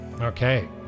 Okay